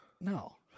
no